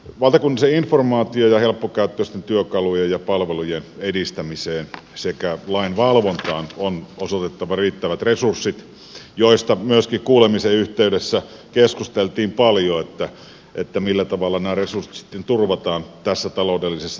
valta kun valtakunnallisen informaation ja helppokäyttöisten työkalujen ja palvelujen edistämiseen sekä lain valvontaan on osoitettava riittävät resurssit joista myöskin kuulemisen yhteydessä keskusteltiin paljon millä tavalla nämä resurssit sitten turvataan tässä taloudellisessa tilanteessa